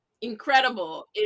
incredible